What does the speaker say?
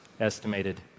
estimated